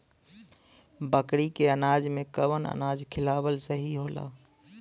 बकरी के अनाज में कवन अनाज खियावल सही होला?